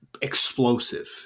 explosive